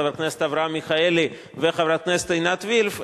חבר הכנסת אברהם מיכאלי וחברת הכנסת עינת וילף,